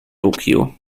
tokio